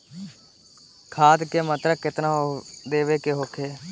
खाध के मात्रा केतना देवे के होखे?